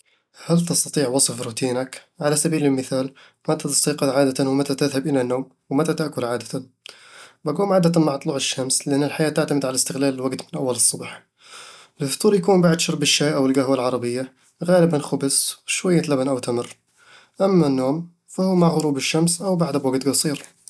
هل تستطيع وصف روتينك؟ على سبيل المثال، متى تستيقظ عادةً ومتى تذهب إلى النوم؟ ومتى تأكل عادةً؟ بقوم عادةً مع طلوع الشمس، لأن الحياة تعتمد على استغلال الوقت من أول الصبح الفطور يكون بعد شرب الشاي أو القهوة العربية، غالبًا خبز وشوية لبن أو تمر أما النوم، فهو مع غروب الشمس أو بعده بوقت قصير